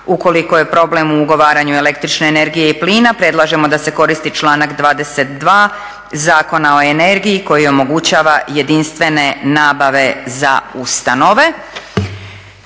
Ukoliko je problem u ugovaranju električne energije i plina predlažemo da se koristi članak 22. Zakona o energiji koji omogućava jedinstvene nabave za ustanove.